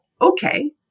okay